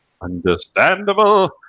Understandable